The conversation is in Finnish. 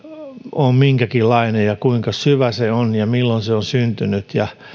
on minkäkinlainen kuinka syvä se on ja milloin se on syntynyt ja